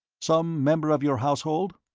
some member of your household?